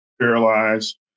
paralyzed